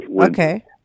okay